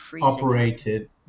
operated